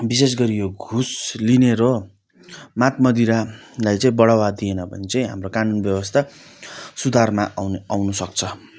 विशेष गरी यो घुस लिने र मद मदिरालाई चाहिँ बढावा दिएन भने चाहिँ हाम्रो कानुन व्यवस्था सुधारमा आऊ आउनु सक्छ